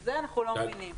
את זה אנחנו לא מבינים.